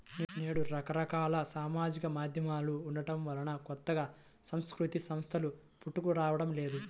నేడు రకరకాల సామాజిక మాధ్యమాలు ఉండటం వలన కొత్తగా సాంస్కృతిక సంస్థలు పుట్టుకురావడం లేదు